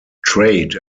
trade